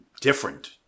different